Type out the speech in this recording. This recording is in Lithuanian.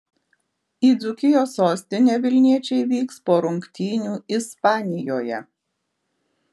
į dzūkijos sostinę vilniečiai vyks po rungtynių ispanijoje